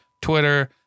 Twitter